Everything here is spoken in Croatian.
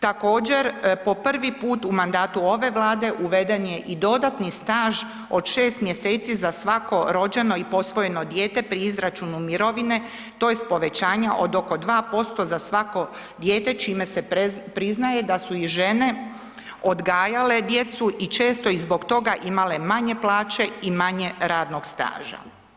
Također po prvi put u mandatu ove Vlade uveden je i dodatni staž od 6 mjeseci za svako rođeno i posvojeno dijete pri izračunu mirovine tj. povećanje od oko 2% za svako dijete, čime se priznaje da su i žene odgajale djecu i često i zbog toga imale manje plaće i manje radnog staža.